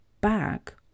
back